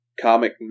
comic